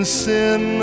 sin